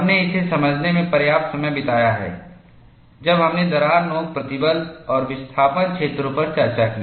हमने इसे समझने में पर्याप्त समय बिताया है जब हमने दरार नोक प्रतिबल और विस्थापन क्षेत्रों पर चर्चा की